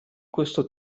questo